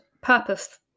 purpose